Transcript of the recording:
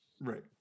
right